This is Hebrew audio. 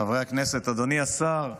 חברי הכנסת, אדוני השר,